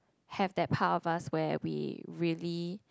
have that part of us where we really